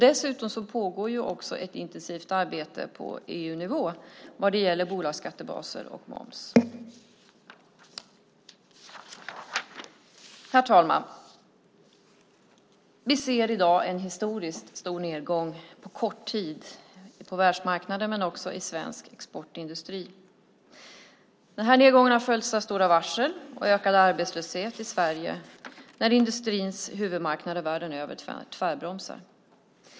Dessutom pågår ett intensivt arbete på EU-nivå när det gäller bolagsskattebaser och moms. Herr talman! Vi ser i dag en historiskt stor nedgång på kort tid på världsmarknaden, men också i svensk exportindustri. Nedgången har följts av stora varsel och ökad arbetslöshet i Sverige när industrins huvudmarknader världen över tvärbromsar.